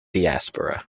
diaspora